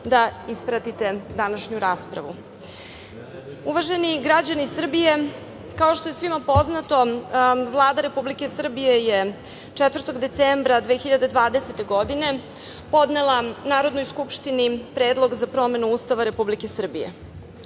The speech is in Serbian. da ispratite današnju raspravu. Uvaženi građani Srbije, kao što je svima poznato, Vlada Republike Srbije je 4. decembra 2020. godine podnela Narodnoj skupštini Predlog za promenu Ustava Republike Srbije.